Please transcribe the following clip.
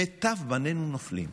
מיטב בנינו נופלים.